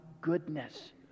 goodness